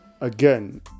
again